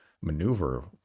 maneuver